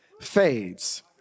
fades